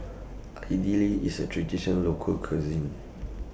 Idly IS A tradition Local Cuisine